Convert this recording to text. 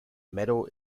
metal